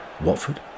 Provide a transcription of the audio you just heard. Watford